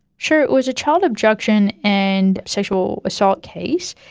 sure. it was a child abduction and sexual assault case,